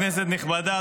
כנסת נכבדה,